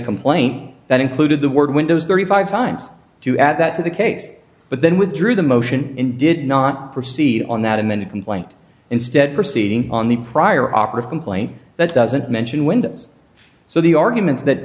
complaint that included the word windows thirty five dollars times to add that to the case but then withdrew the motion in did not proceed on that and then you complained instead proceeding on the prior opera complaint that doesn't mention wind so the arguments that